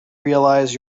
realize